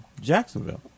Jacksonville